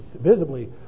visibly